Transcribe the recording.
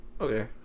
Okay